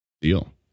deal